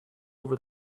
over